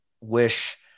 wish